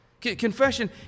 Confession